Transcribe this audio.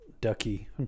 Ducky